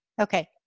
Okay